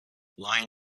lying